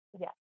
Yes